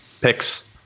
Picks